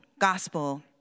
gospel